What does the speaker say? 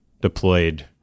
deployed